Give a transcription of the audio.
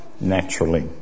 naturally